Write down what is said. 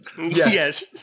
Yes